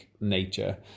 nature